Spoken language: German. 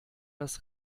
das